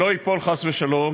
שלא ייפול חס ושלום,